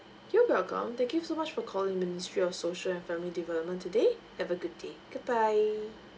thank you so much for calling ministry of social and family development today have a good day goodbye